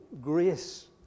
grace